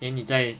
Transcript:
then 你再